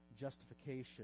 justification